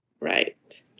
right